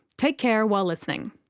take care while listening.